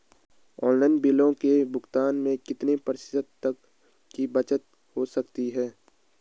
Online बिलों के भुगतान में कितने प्रतिशत तक की बचत हो सकती है?